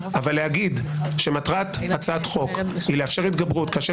אבל להגיד שמטרת הצעת חוק היא לאפשר התגברות כאשר